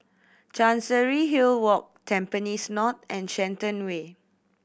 Chancery Hill Walk Tampines North and Shenton Way